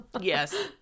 yes